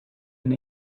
and